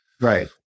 Right